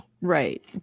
Right